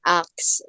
acts